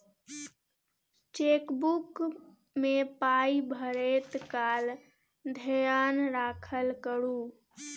chequebook मे पाय भरैत काल धेयान राखल करू